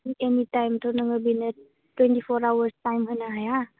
एनिटाइमथ' नोङो बिनो twenty four hours time होनो हाया